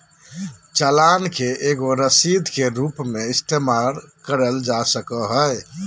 चालान के एगो रसीद के रूप मे इस्तेमाल करल जा सको हय